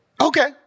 Okay